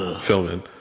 Filming